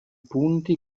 punti